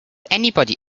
anybody